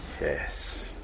Yes